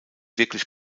wirklich